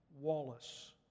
Wallace